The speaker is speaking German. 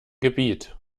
gebiet